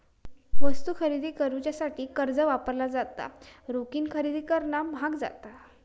वस्तू खरेदी करुच्यासाठी कर्ज वापरला जाता, रोखीन खरेदी करणा म्हाग जाता